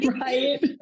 Right